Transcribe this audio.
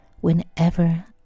whenever